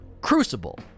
crucible